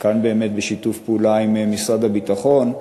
וחלקן באמת בשיתוף פעולה עם משרד הביטחון,